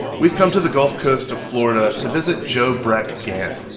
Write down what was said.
and we've come to the gulf coast of florida to visit joe breck gantt,